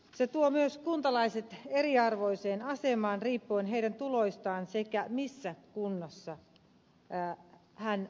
se tuo myös kuntalaiset eriarvoiseen asemaan riippuen heidän tuloistaan sekä siitä missä kunnassa he asuvat